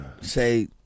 say